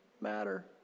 matter